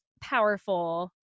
powerful